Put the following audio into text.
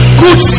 good